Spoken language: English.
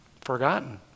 forgotten